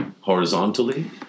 horizontally